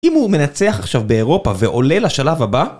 אם הוא מנצח עכשיו באירופה ועולה לשלב הבא?